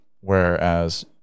Whereas